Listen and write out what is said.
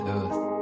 earth